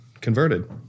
converted